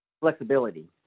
flexibility